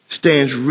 stands